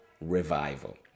revival